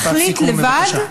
משפט סיכום, בבקשה.